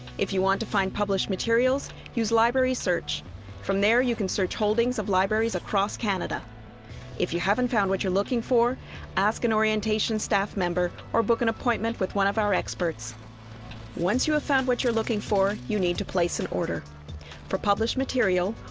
if you want to find published materials use library search from there you can search holdings of libraries across canada if you haven't found what you're looking for ask an orientation staff member or book an appointment with one of our experts once you've found what you're looking for, you need to place an order for published material,